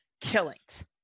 killings